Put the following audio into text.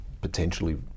potentially